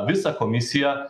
visą komisiją